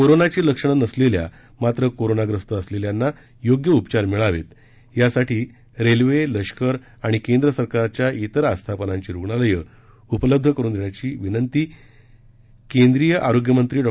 कोरोनाची लक्षणं नसलेल्या मात्र कोरोनाग्रस्त असलेल्यांना योग्य उपचार मिळावे यासाठी रेल्वे लष्कर आणि केंद्र सरकारच्या तेर आस्थापनांची रुग्णालयं उपलब्ध करून देण्याची विनंती केंद्रीय आरोग्य मंत्री डॉ